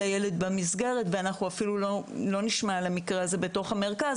הילד במסגרת ואנחנו אפילו לא נשמע על המקרה הזה בתוך המרכז,